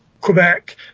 Quebec